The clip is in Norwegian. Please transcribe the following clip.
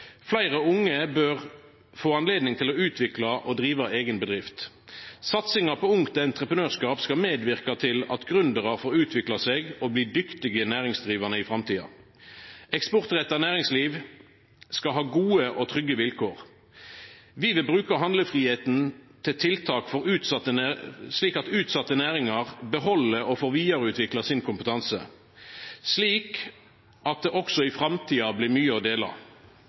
Fleire unge bør få anledning til å utvikla og driva eigen bedrift. Satsinga på ungt entreprenørskap skal medverka til at gründerar får utvikla seg og bli dyktige næringsdrivande i framtida. Eksportretta næringsliv skal ha gode og trygge vilkår. Vi vil bruka handlefridomen til tiltak slik at utsette næringar beheld og får vidareutvikla sin kompetanse, slik at det også i framtida blir